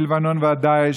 מלבנון ועד דאעש,